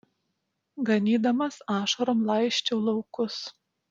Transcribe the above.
ganydamas ašarom laisčiau laukus